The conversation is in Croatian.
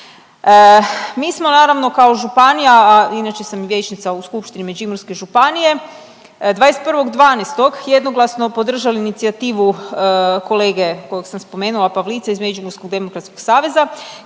Mi smo naravno kao županija, a inače sam i vijećnica u Skupštini Međimurske županije, 21.12. jednoglasno podržali inicijativu kolege kojeg sam spomenula Pavlica iz Međimurskog demokratskog saveza